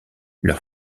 leur